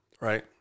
Right